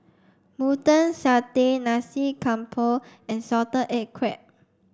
mutton satay Nasi Campur and salted egg crab